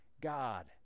God